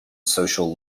social